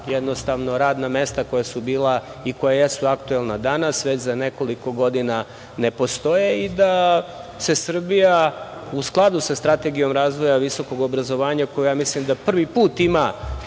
da radna mesta koja su bila i koja jesu aktuelna danas, već za nekoliko godina ne postoje i da se Srbija u skladu sa Strategijom razvoja visokog obrazovanja, koja ja mislim da prvi put ima,